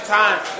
time